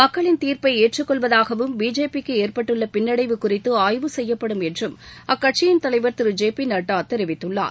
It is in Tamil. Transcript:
மக்களின் தீர்ப்பை ஏற்றுக்கொள்வதாகவும் பிஜேபிக்கு ஏற்பட்டுள்ள பின்னடைவு குறித்து ஆய்வு செய்யப்படும் என்றும் அக்கட்சியின் தலைவர் திரு ஜே பி நட்டா தெரிவித்துள்ளார்